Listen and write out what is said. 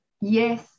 Yes